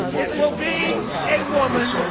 it will be a woman.